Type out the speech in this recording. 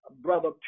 Brother